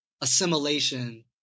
assimilation